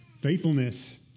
Faithfulness